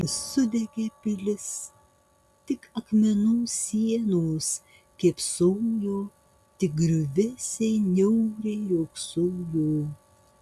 ir sudegė pilis tik akmenų sienos kėpsojo tik griuvėsiai niauriai riogsojo